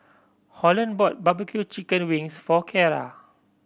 Holland bought barbecue chicken wings for Cara